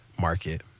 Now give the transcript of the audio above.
market